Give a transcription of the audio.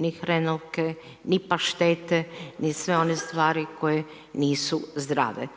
ni hrenovke ni paštete, ni sve one stvari koje nisu zdrave.